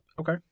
Okay